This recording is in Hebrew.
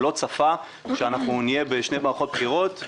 לא צפה שאנחנו נהיה בשתי מערכות בחירות,